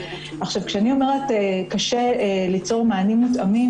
כשאני אומרת "קשה ליצור מענים מתאימים",